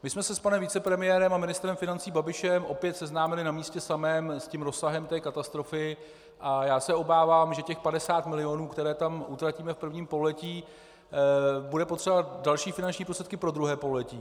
My jsme se s panem vicepremiérem a ministrem financí Babišem opět seznámili na místě samém s rozsahem té katastrofy a já se obávám, že k těm 50 milionům, které tam utratíme v prvním pololetí, budeme potřebovat další finanční prostředky pro druhé pololetí.